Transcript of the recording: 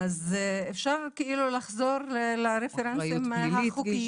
אז אפשר כאילו לחזור לרפרנסים החוקיים.